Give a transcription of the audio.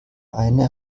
eine